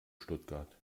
stuttgart